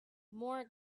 more